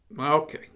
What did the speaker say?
Okay